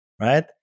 right